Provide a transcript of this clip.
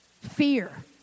Fear